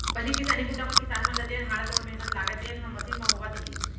पहिली किसानी बूता म किसान ल जेन हाड़ा तोड़ मेहनत लागय तेन ह मसीन म होवत हे